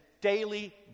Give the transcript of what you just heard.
daily